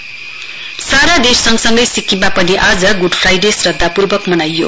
good Friday सारा देश सगँसँगै सिक्किममा पनि आज गुड फ्राइडे श्रद्धापूर्वक मनाइयो